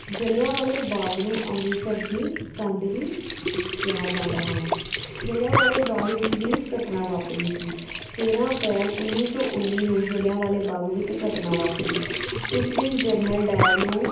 ਜਲ੍ਹਿਆਂਵਾਲੇ ਬਾਗ ਨੂੰ ਅੰਮ੍ਰਿਤਸਰ ਦੀ ਕੰਧ ਵੀ ਕਿਹਾ ਜਾਂਦਾ ਹੈ ਜਲ੍ਹਿਆਂਵਾਲੇ ਬਾਗ ਵਿੱਚ ਵੀ ਘਟਨਾ ਵਾਪਰੀ ਸੀ ਤੇਰਾਂ ਅਪ੍ਰੈਲ ਉੱਨੀ ਸੌ ਉੱਨੀ ਨੂੰ ਜਲ੍ਹਿਆਂਵਾਲੇ ਬਾਗ ਵਿੱਚ ਘਟਨਾ ਵਾਪਰੀ ਇਸ ਦਿਨ ਜਰਨਲ ਡਾਇਰ ਨੂੰ